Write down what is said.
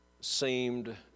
seemed